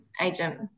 Agent